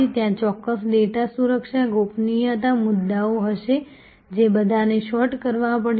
ત્યાં ચોક્કસ ડેટા સુરક્ષા ગોપનીયતા મુદ્દાઓ હશે જે બધાને સૉર્ટ કરવા પડશે